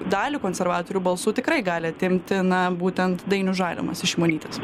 dalį konservatorių balsų tikrai gali atimti na būtent dainius žalimas iš šimonytės